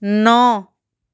ন